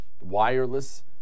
Wireless